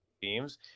teams